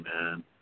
man